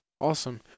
Awesome